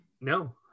no